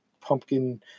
pumpkin